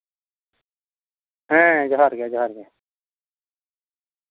ᱦᱮᱸ ᱡᱚᱦᱟᱨ ᱜᱮ ᱡᱚᱦᱟᱨ ᱜᱮ